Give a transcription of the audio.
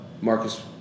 Marcus